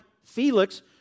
Felix